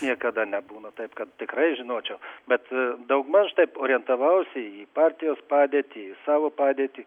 niekada nebūna taip kad tikrai žinočiau bet daugmaž taip orientavausi į partijos padėtį į savo padėtį